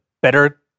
better